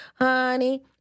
honey